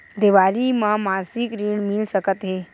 देवारी म मासिक ऋण मिल सकत हे?